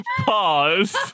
pause